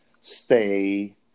stay